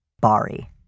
Bari